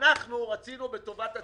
אנחנו רצינו בטובת הציבור,